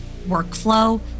workflow